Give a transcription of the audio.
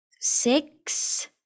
six